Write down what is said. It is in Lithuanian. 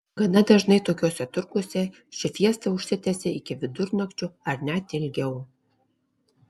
gana dažnai tokiuose turguose ši fiesta užsitęsia iki vidurnakčio ar net ilgiau